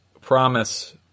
promise